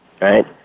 right